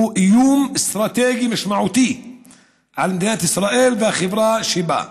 הוא איום אסטרטגי משמעותי על מדינת ישראל והחברה שבה,